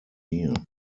mir